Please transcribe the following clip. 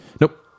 Nope